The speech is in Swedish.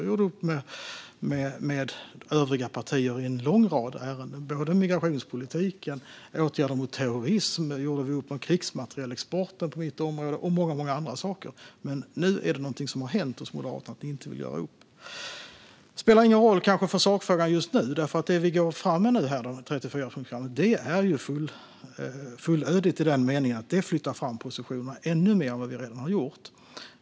Vi gjorde upp med övriga partier i en lång rad ärenden - migrationspolitiken, åtgärder mot terrorism, mitt område krigsmaterielexporten och många andra saker. Nu är det dock någonting som har hänt hos Moderaterna så att ni inte vill göra upp. Det spelar kanske inte någon roll för sakfrågan just nu. Det 34-punktsprogram som vi nu går fram med är ju fullödigt i den meningen att det flyttar fram positionerna ännu mer än vad vi redan har gjort.